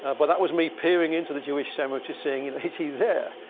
ah but that was me peering into the jewish cemetery, saying, and is he there?